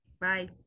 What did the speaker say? Bye